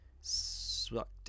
sucked